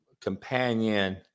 companion